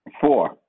Four